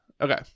Okay